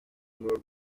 rwo